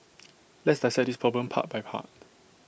let's dissect this problem part by part